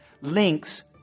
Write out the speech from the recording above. links